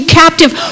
captive